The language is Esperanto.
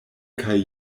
kaj